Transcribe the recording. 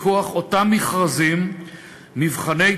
מכוח אותם מכרזים ומבחני תמיכה,